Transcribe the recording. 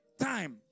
time